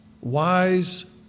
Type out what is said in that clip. wise